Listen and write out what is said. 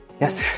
Yes